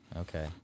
Okay